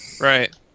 right